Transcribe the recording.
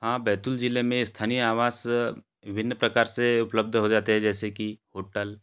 हाँ बैतुल ज़िले में स्थानीय आवास विभिन्न प्रकार से उपलब्ध हो जाते हैँ जैसे कि होटल